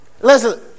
Listen